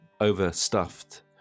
overstuffed